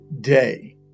day